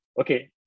okay